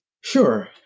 Sure